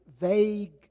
vague